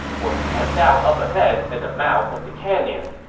was camped out up ahead at the mouth of the canyon.